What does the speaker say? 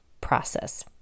process